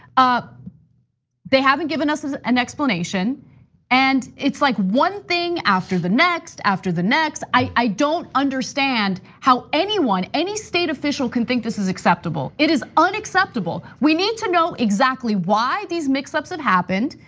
ah they haven't given us an explanation and it's like one thing after the next, after the next. i don't understand how anyone, any state official can think this is acceptable. it is unacceptable. we need to know exactly why these mixups have happened,